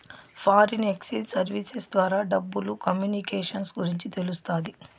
foreign exchange services ద్వారా డబ్బులు communications గురించి తెలుస్తాది